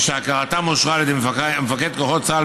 ושהכרתם אושרה על ידי מפקד כוחות צה"ל